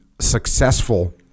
successful